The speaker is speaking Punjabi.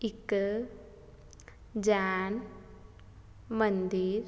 ਇੱਕ ਜੈਨ ਮੰਦਿਰ